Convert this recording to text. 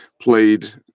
played